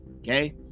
Okay